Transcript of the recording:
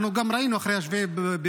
אנחנו גם ראינו אחרי 7 באוקטובר,